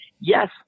Yes